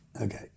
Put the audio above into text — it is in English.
Okay